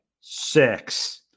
six